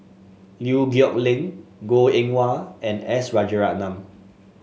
Liew Geok Leong Goh Eng Wah and S Rajaratnam